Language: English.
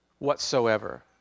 Whatsoever